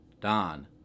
Don